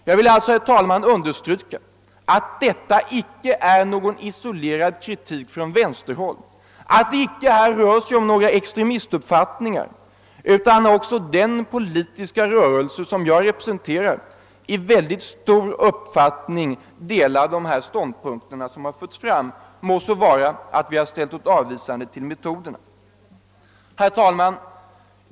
Jag vill alltså, herr talman, understryka att det inte är fråga om någon isolerad kritik från vänsterhåll och att det inte rör sig om några extremistuppfattningar utan att också den politiska rörelse som jag representerar i mycket stor omfattning delar de ståndpunkter som framförts, må så vara att vi ställer oss avvisande till metoderna att framföra kritiken. Herr talman!